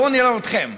בואו נראה אתכם,